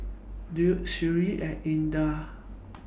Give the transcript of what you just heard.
Daud Seri and Indah